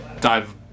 dive